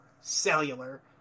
Cellular